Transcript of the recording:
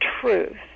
truth